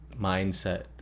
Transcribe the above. mindset